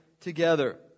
together